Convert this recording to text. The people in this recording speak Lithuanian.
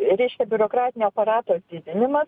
reiškia biurokratinio aparato didinimas